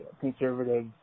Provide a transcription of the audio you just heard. conservative